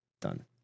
Done